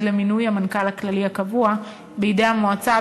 למינוי המנהל הכללי הקבוע בידי המועצה,